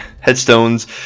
Headstones